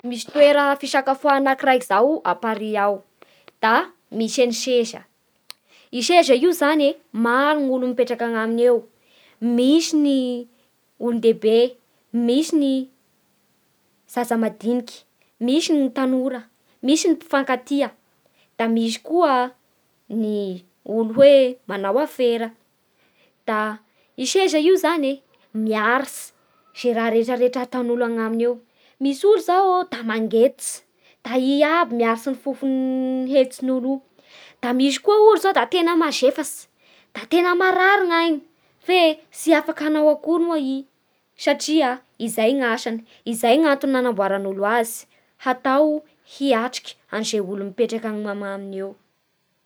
Misy toera fisakafoana akiraiky zao à Paris ao. Da misy an'ny seza, i seza io zany e, maro ny olo mipetraky agnaminy eo: misy ny olo-dehibe, misy ny zaza madiniky, misy ny tanora, misy ny mpifankatia da misy koa ny olo manao afera. Da io seza io zany e niaritsy ze raha rehetrrehetra ataon'olo anaminy eo. Misy olo zao da mangetotsy da i aby miaratsy fofon'olo io. Da misy koa zao olo da tena mavesatsy da tena marary ny ainy, tsy afaky hanaoa kory moa i satria izay ny asany, izay ny antony nanamboaran'ny olo azy tahao hiatriky amin'ny ze olo mipetraky anaminy eo.